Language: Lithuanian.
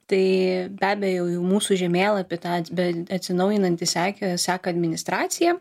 tai be abejo jau mūsų žemėlapį tą be atsinaujinantį sekė seka administraciją